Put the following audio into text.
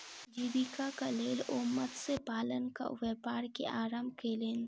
जीवीकाक लेल ओ मत्स्य पालनक व्यापार के आरम्भ केलैन